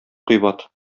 кыйбат